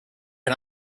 can